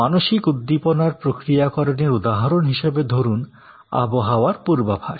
মানসিক উদ্দীপনার প্রক্রিয়াকরণের উদাহরণ হিসাবে ধরুন আবহাওয়ার পূর্বাভাস